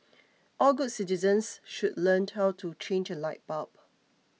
all good citizens should learn how to change a light bulb